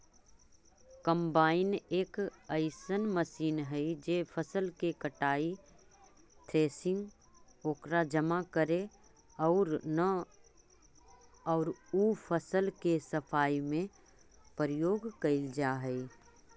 combine एक अइसन machine हई जे फसल के कटाई, थ्रेसिंग, ओकरा जमा करे औउर उ फसल के सफाई में प्रयोग कईल जा हई